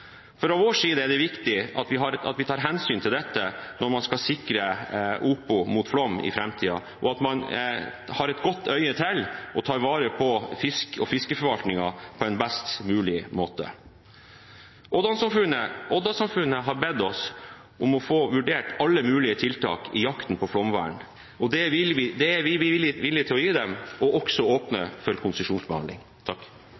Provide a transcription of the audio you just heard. vår side er det viktig at vi tar hensyn til dette når man skal sikre Opo mot flom i framtiden, og at man har et godt øye til og tar vare på fisk og fiskeforvaltningen på en best mulig måte. Odda-samfunnet har bedt oss om å få vurdert alle mulige tiltak i jakten på flomvern. Det er vi villig til å gi dem – også å åpne